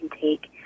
take